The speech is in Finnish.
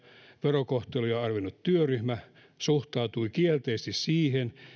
verokohtelua arvioinut työryhmä suhtautui kielteisesti siihen